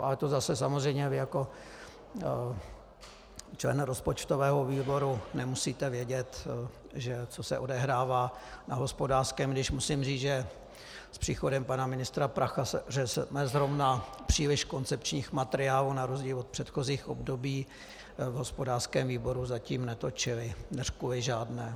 Ale to zase samozřejmě vy jako člen rozpočtového výboru nemusíte vědět, co se odehrává na hospodářském, i když musím říct, že s příchodem pana ministra Prachaře jsme zrovna příliš koncepčních materiálů na rozdíl od předchozích období v hospodářském výboru zatím netočili, neřkuli žádné.